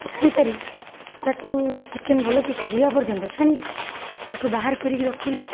ଛାଣି ସାରି ତାକୁ ଚିକେନ୍ ଭଲ କି ସିଝିବା ପର୍ଯ୍ୟନ୍ତ ଛାଣିଲି ତାକୁ ବାହାର କରିକି ରଖିଲି